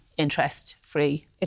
interest-free